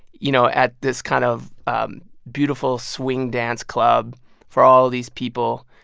you know, at this kind of um beautiful swing dance club for all these people.